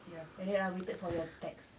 ya and then I waited for your text